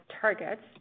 targets